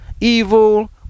evil